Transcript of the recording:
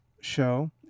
show